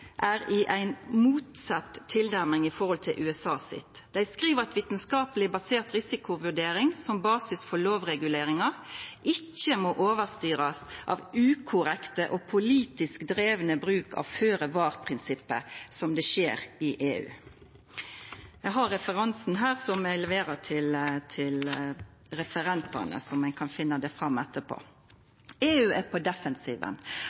er i ei motsett tilnærming i forhold til USA sin, og dei skriv at vitskapleg basert risikovurdering som basis for lovreguleringar ikkje må overstyrast av ukorrekt og politisk driven bruk av føre-var-prinsippet, som det skjer i EU – eg har her referansen, som eg leverer til referenten, som kan finna det fram etterpå. EU er på